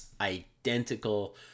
identical